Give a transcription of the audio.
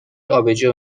آبجو